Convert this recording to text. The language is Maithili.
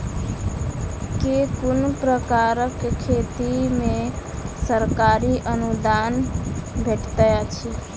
केँ कुन प्रकारक खेती मे सरकारी अनुदान भेटैत अछि?